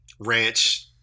ranch